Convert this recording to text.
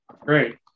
Great